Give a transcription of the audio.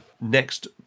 next